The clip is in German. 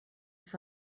auf